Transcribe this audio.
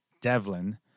Devlin